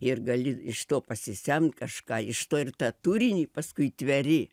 ir gali iš to pasisemt kažką iš to ir tą turinį paskui tveri